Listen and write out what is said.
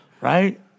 Right